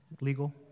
legal